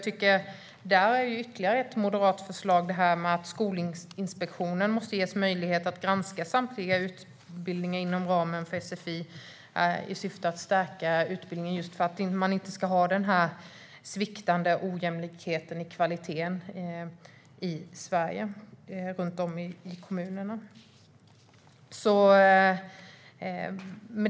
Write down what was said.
Det är ytterligare ett moderat förslag att Skolinspektionen måste ges möjlighet att granska samtliga utbildningar inom ramen för sfi i syfte att stärka utbildningen så att man inte ska ha ojämlikheten i den sviktande kvaliteten i Sverige runt om i kommunerna.